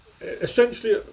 essentially